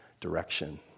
direction